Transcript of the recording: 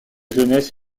jeunesse